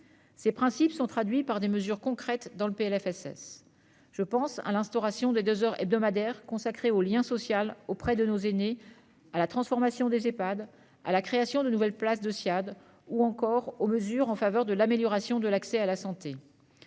Ces principes sont traduits par des mesures concrètes dans le PLFSS. Je pense à l'instauration de deux heures hebdomadaires consacrées au lien social auprès de nos aînés, à la transformation des Ehpad, à la création de nouvelles places de services de soins infirmiers à domicile (Ssiad), ou encore aux mesures en faveur de l'amélioration de l'accès à la santé.